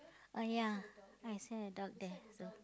ah ya I see a dog there also